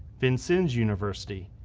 vincennes university,